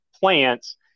plants